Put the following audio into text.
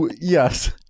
Yes